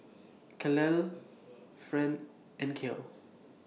Calla Friend and Kale